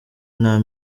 nta